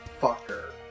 fucker